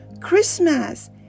Christmas